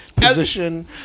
position